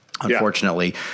unfortunately